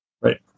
Right